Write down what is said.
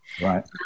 Right